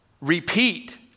Repeat